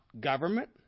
government